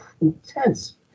intense